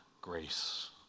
grace